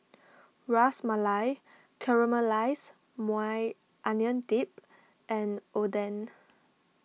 Ras Malai Caramelized Maui Onion Dip and Oden